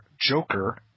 Joker